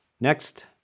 Next